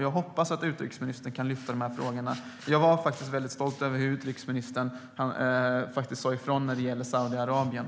Jag hoppas att utrikesministern kan lyfta de här frågorna. Jag var faktiskt väldigt stolt över hur utrikesministern sa ifrån när det gällde Saudiarabien.